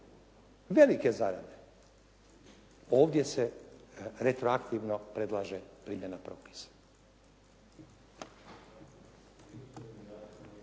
velike zarade, ovdje se retroaktivno predlaže primjena propisa.